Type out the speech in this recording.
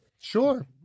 Sure